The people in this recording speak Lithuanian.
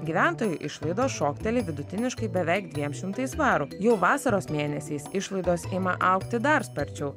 gyventojų išlaidos šokteli vidutiniškai beveik dviem šimtais svarų jau vasaros mėnesiais išlaidos ima augti dar sparčiau